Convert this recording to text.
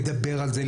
לדבר על זה,